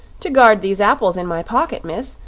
to guard these apples in my pocket, miss,